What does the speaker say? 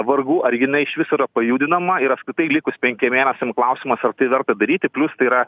vargų ar jinai iš viso pajudinama ir apskritai likus penkiem mėnesiam klausimas ar tai verta daryti plius tai yra